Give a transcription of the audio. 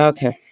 Okay